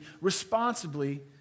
responsibly